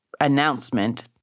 announcement